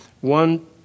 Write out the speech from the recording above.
One